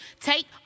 Take